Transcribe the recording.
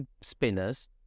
spinners